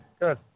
Good